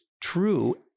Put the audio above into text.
true